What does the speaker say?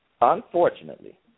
Unfortunately